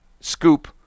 scoop